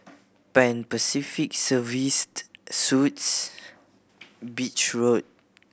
Pan Pacific Serviced Suites Beach Road